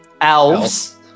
Elves